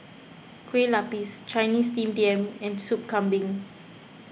Kueh Lapis Chinese Steamed Yam and Sup Kambing